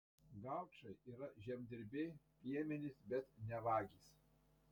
gaučai yra žemdirbiai piemenys bet ne vagys